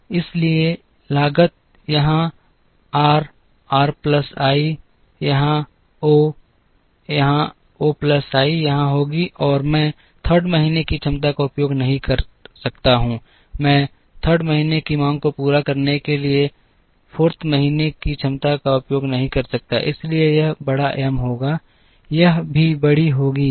इसलिए लागत यहाँ r r प्लस I यहाँ O यहाँ O plus i यहाँ होगी और मैं 3rd महीने की क्षमता का उपयोग नहीं कर सकता हूँ मैं 3rd महीने की मांग को पूरा करने के लिए 4 महीने की क्षमता का उपयोग नहीं कर सकता इसलिए यह बड़ा M होगा यह भी बड़ी होगी एम